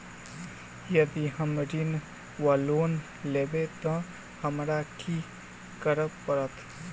यदि हम ऋण वा लोन लेबै तऽ हमरा की करऽ पड़त?